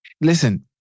Listen